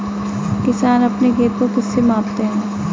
किसान अपने खेत को किससे मापते हैं?